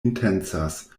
intencas